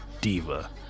Diva